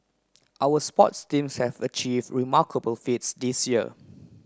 our sports teams has achieve remarkable feats this year